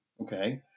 okay